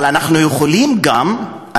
אבל אנחנו יכולים גם,